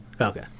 Okay